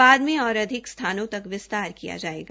बाद में और अधिक स्थानों तक विस्तार किया जायेगा